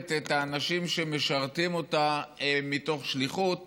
את האנשים שמשרתים אותה מתוך שליחות